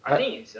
uh